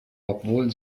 obwohl